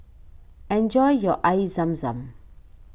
enjoy your Air Zam Zam